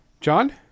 john